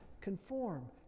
conform